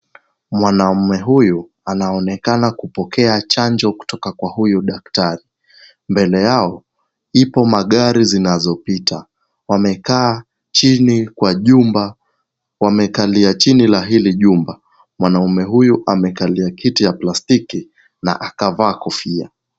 Mwanamume huyu anaonekana kupokea chanjo kutoka kwa huyu daktari. Mbele yao, ipo magari inayopita. Wamekaa chini kwa jumba, wamekalia chini la hili jumba. Mwanaume huyu amekalia kiti cha plastiki na akavaa kofia.